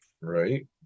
Right